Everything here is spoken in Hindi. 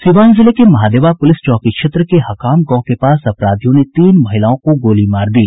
सीवान जिले के महादेवा पुलिस चौकी क्षेत्र के हकाम गांव के पास अपराधियों ने तीन महिलाओं को गोली मार दी